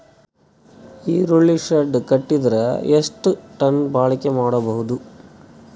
ಈರುಳ್ಳಿ ಶೆಡ್ ಕಟ್ಟಿದರ ಎಷ್ಟು ಟನ್ ಬಾಳಿಕೆ ಮಾಡಬಹುದು?